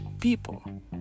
people